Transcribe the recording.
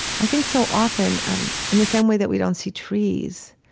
i think so often in the same way that we don't see trees,